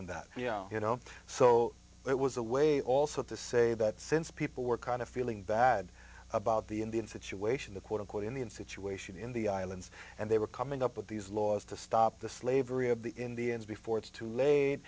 in that you know you know so it was a way also to say that since people were kind of feeling bad about the indian situation the quote unquote in the in situation in the islands and they were coming up with these laws to stop the slavery of the indians before it's too